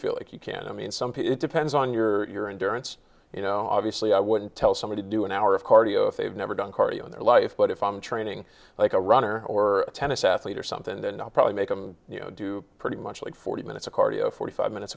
feel like you can i mean something it depends on your endurance you know obviously i wouldn't tell somebody to do an hour of cardio if they've never done cardio in their life but if i'm training like a runner or a tennis athlete or something then i'll probably make them do pretty much like forty minutes of cardio forty five minutes